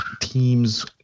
teams